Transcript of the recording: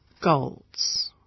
goals